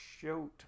shoot